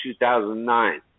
2009